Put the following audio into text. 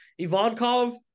Ivankov